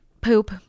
poop